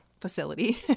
facility